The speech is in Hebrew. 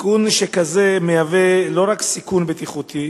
תיקון שכזה לא רק מהווה סיכון בטיחותי